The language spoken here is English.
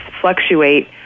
fluctuate